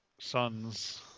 sons